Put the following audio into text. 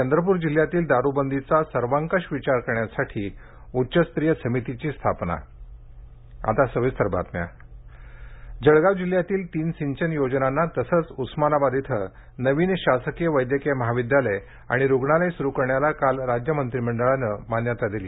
चंद्रपूर जिल्ह्यातील दारूबंदीचा सर्वकष विचार करण्यासाठी उच्चस्तरीय समितीची स्थापना राज्य मंत्रीमंडळ निर्णय जळगाव जिल्ह्यातील तीन सिंचन योजनांना तसंच उस्मानाबाद इथं नवीन शासकीय वैद्यकीय महाविद्यालय आणि रुग्णालय सुरू करण्याला काल राज्य मंत्रीमंडळानं मान्यता दिली